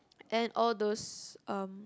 and all those um